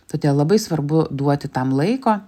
todėl labai svarbu duoti tam laiko